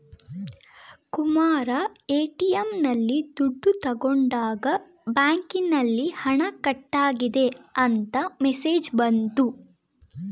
Kumara ATM ನಲ್ಲಿ ದುಡ್ಡು ತಗೊಂಡಾಗ ಬ್ಯಾಂಕಿನಲ್ಲಿ ಹಣ ಕಟ್ಟಾಗಿದೆ ಅಂತ ಮೆಸೇಜ್ ಬಂತು